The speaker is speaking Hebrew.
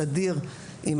הסדיר עם האוכלוסיות.